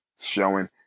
showing